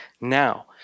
now